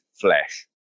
flesh